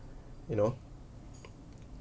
you know